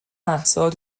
مهسا